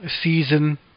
season